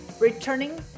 Returning